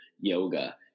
yoga